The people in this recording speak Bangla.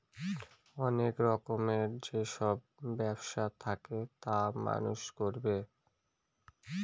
অনেক রকমের যেসব ব্যবসা থাকে তা মানুষ করবে